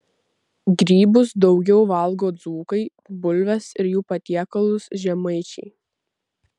grybus daugiau valgo dzūkai bulves ir jų patiekalus žemaičiai